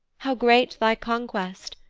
how great thy conquest,